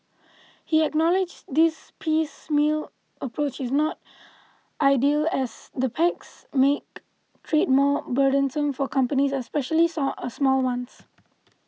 he acknowledged this piecemeal approach is not ideal as the pacts make trade more burdensome for companies especially song a small ones